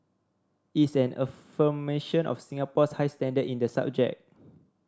it's an affirmation of Singapore's high standard in the subject